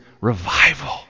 revival